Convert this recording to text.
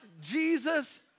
Jesus